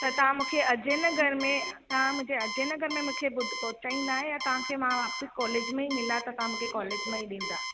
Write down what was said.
त तव्हां मूंखे अजय नगर में तव्हां मुंहिंजे अजय नगर में मूंखे बु पहुचाईंदा या तव्हांखे मां वापसि कॉलेज में ई मिला त तव्हां मूंखे कॉलेज में ई ॾींदा